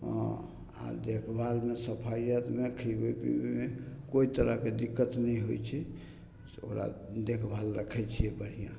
हँ आओर देखभालमे सफैअतमे खिएबै पिएबैमे कोइ तरहके दिक्कत नहि होइ छै ओकरा देखभाल राखै छिए बढ़िआँ